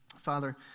Father